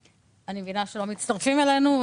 אני מבינה שלא מצטרפים אלינו.